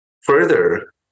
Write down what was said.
Further